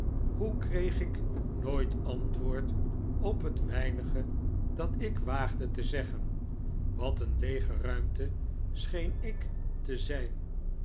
hoe kreeg ik nooit antwoord op het weinige dat ik waagde te zeggen wat een leege ruimte scheen ik te zijn